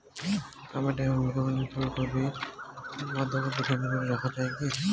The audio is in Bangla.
টমেটো এবং বেগুন এবং ফুলকপি এবং বাঁধাকপি হিমঘরে রাখা যায় কি?